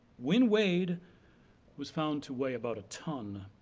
when weighed was found to weigh about a ton.